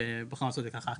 ובוחרים לעשות זה ככה.